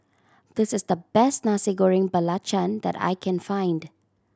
this is the best Nasi Goreng Belacan that I can find